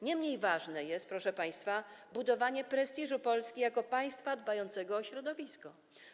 Niemniej ważne, proszę państwa, jest budowanie prestiżu Polski jako państwa dbającego o środowisko.